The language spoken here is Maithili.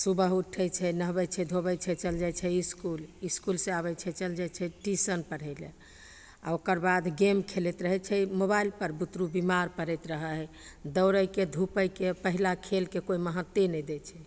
सुबह उठै छै नहबै छै धोबै छै चलि जाइ छै इसकुल इसकुलसे आबै छै चलि जाइ छै ट्यूशन पढ़ैले आओर ओकर बाद गेम खेलैत रहै छै मोबाइलपर बुतरू बेमार पड़ैत रहै हइ दौड़ैके धुपैके पहिला खेलके कोइ महत्ते नहि दै छै